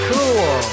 Cool